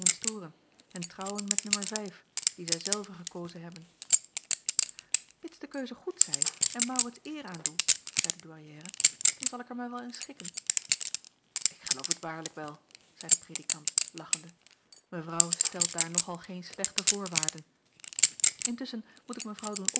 storen en trouwen met nummer vijf die zij zelve gekozen hebben mids de keuze goed zij en maurits eer aandoe zeî de douairière dan zal ik er mij wel in schikken ik geloof het waarlijk wel zeî de predikant lachende mevrouw stelt daar nog al geen slechte voorwaarden intusschen moet ik mevrouw doen